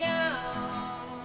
you know